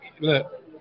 look